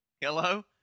Hello